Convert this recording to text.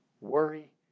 worry